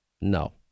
No